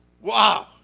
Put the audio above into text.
Wow